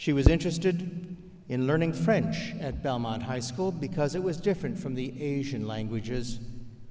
she was interested in learning french at belmont high school because it was different from the asian languages